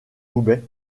roubaix